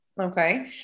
okay